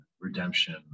redemption